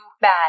bad